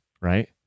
right